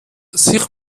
sich